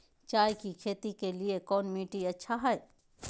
चाय की खेती के लिए कौन मिट्टी अच्छा हाय?